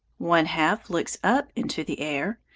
one half looks up into the air,